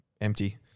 empty